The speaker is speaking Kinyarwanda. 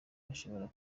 bashobora